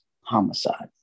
homicide